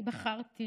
אני בחרתי